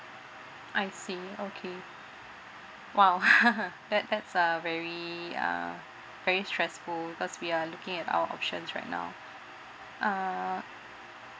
I see okay !wow! that that's uh very uh very stressful because we are looking at our options right now err